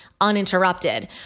uninterrupted